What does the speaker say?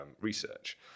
research